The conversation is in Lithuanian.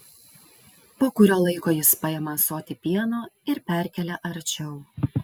po kurio laiko jis paima ąsotį pieno ir perkelia arčiau